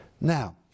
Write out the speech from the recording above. Now